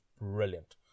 brilliant